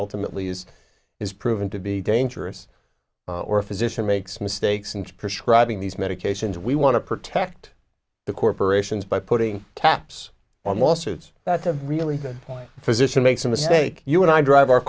ultimately is is proven to be dangerous or a physician makes mistakes and prescribing these medications we want to protect the corporations by putting caps on lawsuits that's a really good point physician makes a mistake you and i drive our